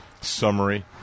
Summary